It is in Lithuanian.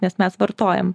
nes mes vartojam